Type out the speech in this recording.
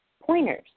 pointers